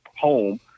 home